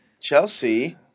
Chelsea